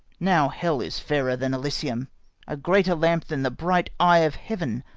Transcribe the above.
now hell is fairer than elysium a greater lamp than that bright eye of heaven,